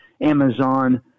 Amazon